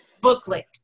booklet